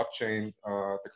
blockchain